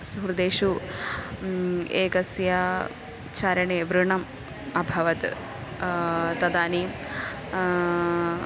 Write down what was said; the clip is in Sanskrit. सुहृदेषु एकस्य चरणे व्रणम् अभवत् तदानीं